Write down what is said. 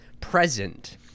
present